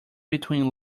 between